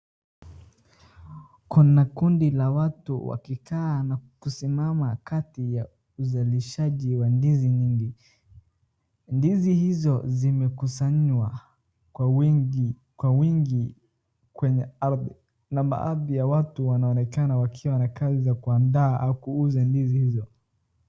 Kuna kundi la watu wakikaa na kusimama kati ya uzalishaji wa ndizi nyingi. Ndizi hizo zimekusanywa kwa wingi kwenye ardhi na baadhi ya watu wanaonekana wakiwa na kazi ya kuandaa au kuuza ndizi hizo.